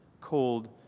cold